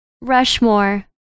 Rushmore